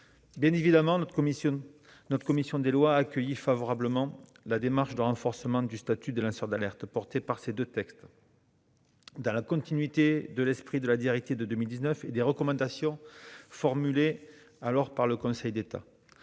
Bien évidemment, notre commission des lois a accueilli favorablement le renforcement du statut des lanceurs d'alerte prévu par ces deux textes, dans la continuité de l'esprit de la directive de 2019 et des recommandations formulées alors par le Conseil d'État.